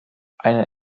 eine